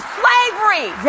slavery